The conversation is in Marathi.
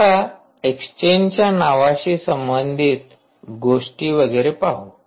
आता एक्सचेंजच्या नावाशी संबंधित गोष्टी वगैरे पाहू